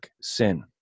sin